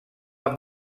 amb